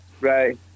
Right